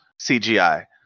CGI